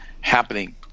happening